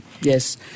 Yes